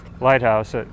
lighthouse